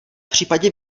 případě